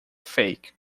fake